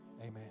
amen